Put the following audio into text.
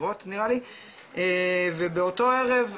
מכירות נראה לי ובאותו ערב,